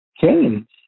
change